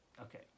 Okay